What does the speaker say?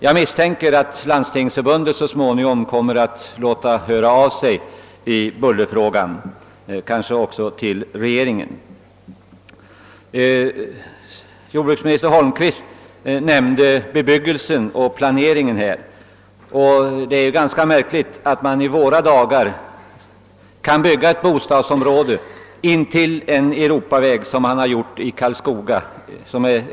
Jag misstänker att Landstingsförbundet så småningom kommer att låta höra av sig i bullerfrågan, kanske också till regeringen. Jordbruksminister Holmqvist nämnde bebyggelsen och planeringen. Det är ganska märkligt att man i våra dagar kan bygga ett bostadsområde intill en Europaväg, såsom skett i Karlskoga.